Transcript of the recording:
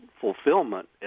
fulfillment